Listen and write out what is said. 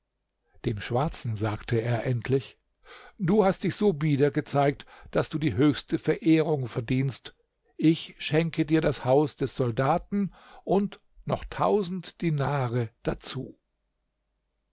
dem schwarzen sagte er endlich du hast dich so bieder gezeigt daß du die höchste verehrung verdienst ich schenke dir das haus des soldaten und noch tausend dinare dazu